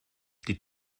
die